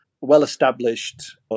well-established